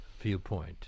viewpoint